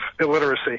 illiteracy